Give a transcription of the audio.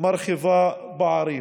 מרחיבה פערים.